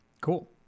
Cool